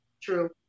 True